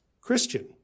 Christian